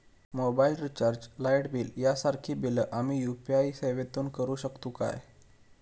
Mobile recharge, light bill यांसारखी बिला आम्ही यू.पी.आय सेवेतून करू शकतू काय?